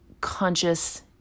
conscious